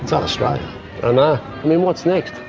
it's un-australian. i know. i mean, what's next?